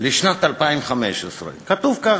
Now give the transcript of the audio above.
לשנת 2015. כתוב כך: